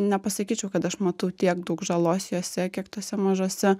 nepasakyčiau kad aš matau tiek daug žalos jose kiek tose mažose